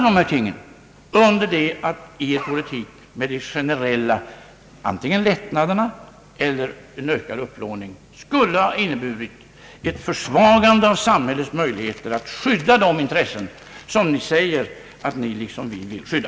Er politik däremot med antingen generella lättnader eller ökad upplåning skulle ha inneburit ett försvagande av samhällets möjligheter att skydda de intressen som ni säger att ni liksom vi vill skydda.